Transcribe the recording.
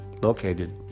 located